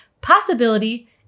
possibility